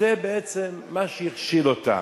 וזה בעצם מה שהכשיל אותה.